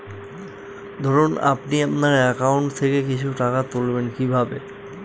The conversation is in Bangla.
ধরুন আপনি আপনার একাউন্ট থেকে কিছু টাকা তুলবেন কিভাবে?